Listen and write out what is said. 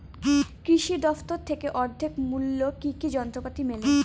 কৃষি দফতর থেকে অর্ধেক মূল্য কি কি যন্ত্রপাতি মেলে?